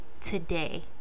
today